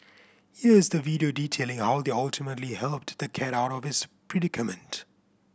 here is the video detailing how they ultimately helped the cat out of its predicament